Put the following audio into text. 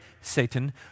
Satan